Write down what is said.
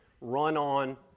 run-on